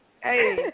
Hey